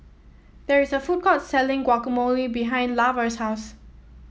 there is a food court selling Guacamole behind Lavar's house